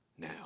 now